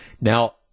Now